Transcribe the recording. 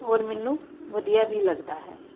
ਔਰ ਮੈਨੂੰ ਵਧੀਆ ਵੀ ਲੱਗਦਾ ਹੈ